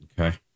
Okay